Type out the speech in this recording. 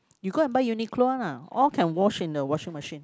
you go and buy Uniqlo one ah all can wash in the washing machine